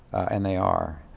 and they are.